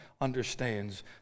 understands